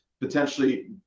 potentially